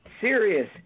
serious